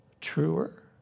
truer